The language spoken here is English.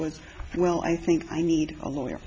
was well i think i need a lawyer